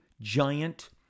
giant